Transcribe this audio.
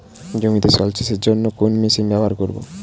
জমিতে জল সেচের জন্য কোন মেশিন ব্যবহার করব?